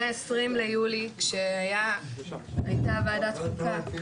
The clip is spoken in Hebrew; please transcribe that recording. מאז ה-20 ביולי 2021 כשהייתה ועדת חוקה חוק